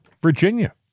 Virginia